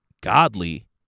godly